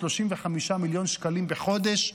35 מיליון שקלים בחודש,